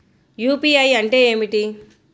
UPI అంటే ఏమిటి?